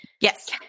Yes